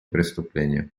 преступлениям